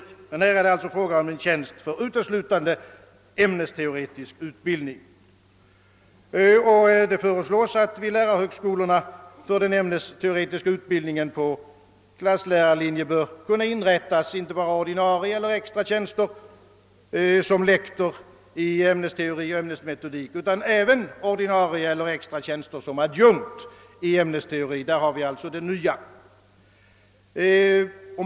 Här är det alltså fråga om en tjänst uteslutande för ämnesteoretisk utbildning. Det föreslås att vid lärarbögskolorna för den ämnesteoretiska utbildningen på klasslärarlinje bör kunna inrättas inte bara ordinarie eller extra tjänster som lektor i ämnesteori eller ämnesmetodik utan även ordinarie eller extra tjänster som adjunkt i ämnesteori. Där har vi alltså det nya.